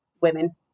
women